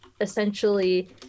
essentially